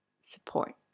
support